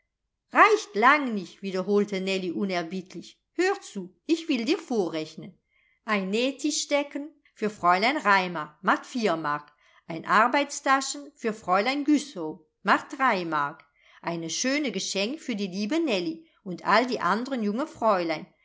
reicht lang nicht wiederholte nellie unerbittlich hör zu ich will dir vorrechnen ein nähtischdecken für fräulein raimar macht vier mark ein arbeitstaschen für fräulein güssow macht drei mark eine schöne geschenk für die liebe nellie und all die andren junge fräulein